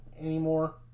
anymore